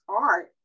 art